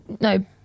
No